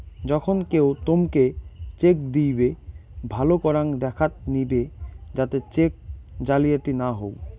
যখন কেও তোমকে চেক দিইবে, ভালো করাং দেখাত নিবে যাতে চেক জালিয়াতি না হউ